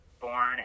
born